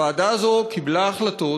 הוועדה הזאת קיבלה החלטות,